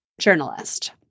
journalist